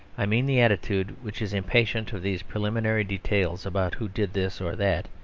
i mean the attitude which is impatient of these preliminary details about who did this or that,